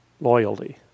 loyalty